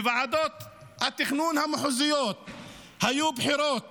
בוועדות התכנון המחוזיות היו בחירות